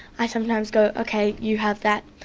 i sometimes go, ok, you have that,